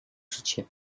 życie